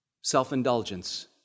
self-indulgence